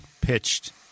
pitched